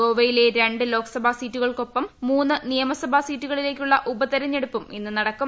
ഗോവയിലെ രണ്ട് ലോക്സഭാ സീറ്റു കൾക്കൊപ്പം മൂന്നു നിയമസഭ സീറ്റുകളിലേക്കുള്ള ഉപതെരഞ്ഞെ ടുപ്പും ഇന്ന് നടക്കും